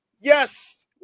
Yes